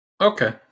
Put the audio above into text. Okay